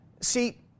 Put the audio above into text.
See